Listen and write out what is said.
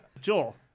joel